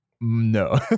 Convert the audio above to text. no